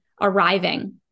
arriving